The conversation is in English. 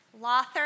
Lothar